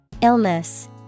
Illness